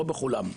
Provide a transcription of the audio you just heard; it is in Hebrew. לא בכולם.